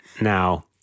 Now